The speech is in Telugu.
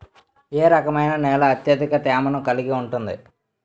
ఏ రకమైన నేల అత్యధిక తేమను కలిగి ఉంటుంది?